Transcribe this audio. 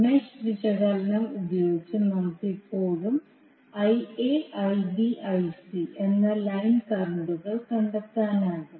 mesh വിശകലനം ഉപയോഗിച്ച് നമുക്ക് ഇപ്പോഴും Ia Ib Ic എന്ന ലൈൻ കറണ്ടുകൾ കണ്ടെത്താനാകും